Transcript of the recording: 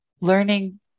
Learning